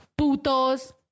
Putos